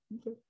okay